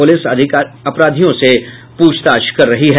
police अपराधियों से पूछताछ कर रही है